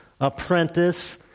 apprentice